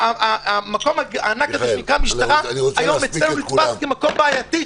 המקום הענק הזה שנקרא משטרה היום אצלנו נתפס כמקום בעייתי,